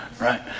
Right